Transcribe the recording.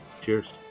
Cheers